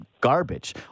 garbage